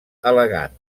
elegant